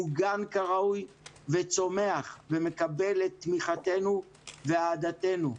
מוגן כראוי, וצומח ומקבל את תמיכתנו ואהדתנו.